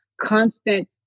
constant